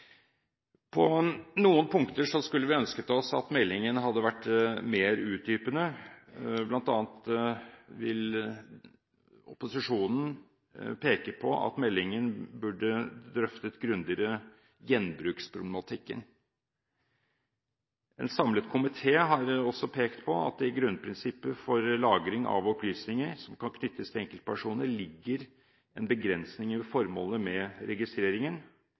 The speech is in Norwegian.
På noen punkter skulle vi ønsket oss at meldingen hadde vært mer utdypende. Blant annet vil opposisjonen peke på at meldingen burde drøftet gjenbruksproblematikken grundigere. En samlet komité har også pekt på at det i grunnprinsippet for lagring av opplysninger som kan knyttes til enkeltpersoner, ligger en begrensning i formålet med registreringen.